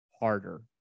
harder